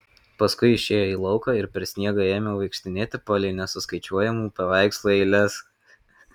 paskui išėjo į lauką ir per sniegą ėmė vaikštinėti palei nesuskaičiuojamų paveikslų eiles